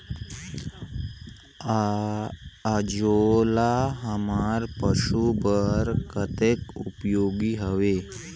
अंजोला हमर पशु बर कतेक उपयोगी हवे?